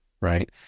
right